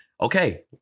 okay